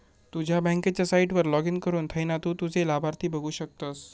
तुझ्या बँकेच्या साईटवर लाॅगिन करुन थयना तु तुझे लाभार्थी बघु शकतस